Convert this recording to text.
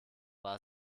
war